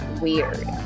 weird